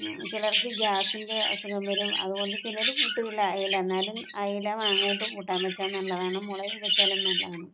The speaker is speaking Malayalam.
ചിലർക്ക് ഗ്യാസിൻ്റെ അസുഖം വരും അതുകൊണ്ട് ചിലർ കൂട്ടുകയില്ല അയില എന്നാലും അയില മാങ്ങിയിട്ട് കൂട്ടാൻ വെച്ചാൽ നല്ലതാണ് മുളക് വെച്ചാലും നല്ലതാണ്